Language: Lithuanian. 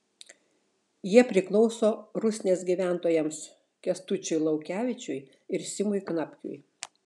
jie priklauso rusnės gyventojams kęstučiui laukevičiui ir simui knapkiui